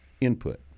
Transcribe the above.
input